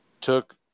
took